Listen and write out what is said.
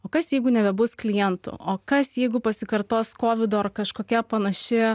o kas jeigu nebebus klientų o kas jeigu pasikartos kovido ar kažkokia panaši